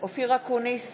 אופיר אקוניס,